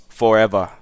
forever